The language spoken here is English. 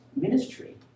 ministry